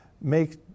Make